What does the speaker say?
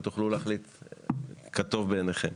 ותוכלו להחליט כטוב בעיניכם.